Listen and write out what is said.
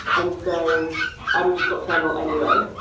and so i'm just nocturnal anyway.